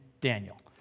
Daniel